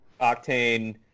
Octane